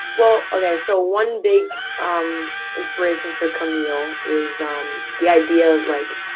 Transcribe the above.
well, okay. so one big um inspiration for camille is um the idea of like,